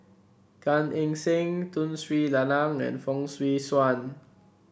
Gan Eng Seng Tun Sri Lanang and Fong Swee Suan